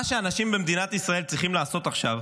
מה שאנשים במדינת ישראל צריכים לעשות עכשיו